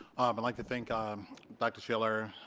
and like to thank um dr. schiller,